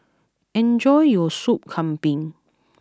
enjoy your Sop Kambing